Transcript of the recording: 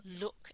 look